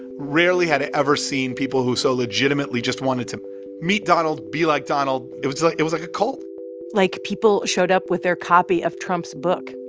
rarely had i ever seen people who so legitimately just wanted to meet donald, be like donald. it was like it was like a cult like, people showed up with their copy of trump's book,